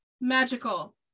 magical